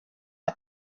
iyo